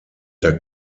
der